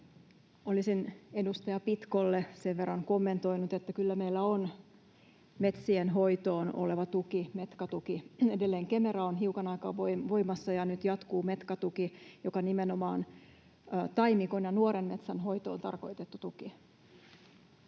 Olisin edustaja Pitkolle sen verran kommentoinut, että kyllä meillä on metsien hoitoon oleva tuki: Metka-tuki. Edelleen Kemera on hiukan aikaa voimassa, ja nyt jatkuu Metka-tuki, joka on nimenomaan taimikon ja nuoren metsän hoitoon tarkoitettu tuki.